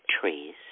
trees